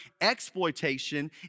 exploitation